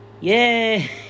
Yay